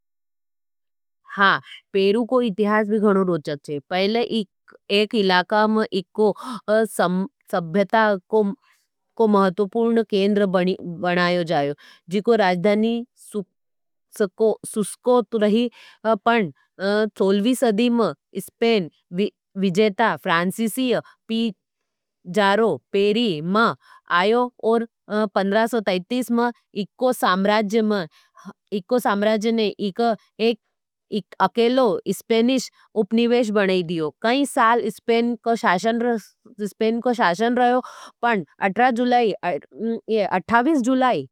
हाँ, पेरु को इतिहास भी गणो रोचक छे। पहले एक इलाका में एको सभ्यता को महत्वपूर्ण केंद्र बनायो जायो। जीको राजधानी सुसको सुस्कोत रही। पण, सौलहवी सदी में स्पेन, विजेता, फ्रांसिसी, पीजारो, पेरी में आयो। और पंद्रह सौ तेंतीस में एको साम्राज्य में, इका एक अकेलो स्पेनिश उपनिवेश बनायी दियो। काई साल स्पेन को शासन रयो पण, अट्ठारह जुलाई।